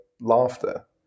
laughter